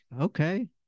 okay